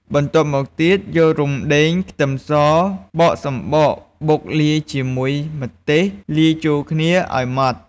បន្ទាប់មកទៀតយករំដេង ខ្ទឹមស បកសំបក បុកលាយជាមួយម្ទេស លាយចូលគ្នាឱ្យម៉ដ្ឋ ។